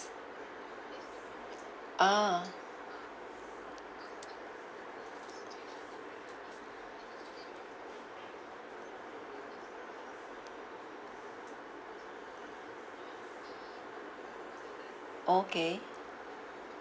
ah okay